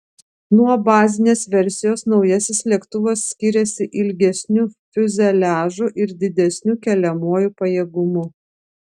nuo bazinės versijos naujasis lėktuvas skiriasi ilgesniu fiuzeliažu ir didesniu keliamuoju pajėgumu